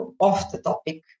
off-the-topic